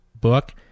book